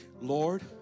Lord